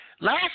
Last